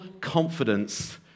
confidence